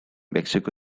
mexico